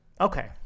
okay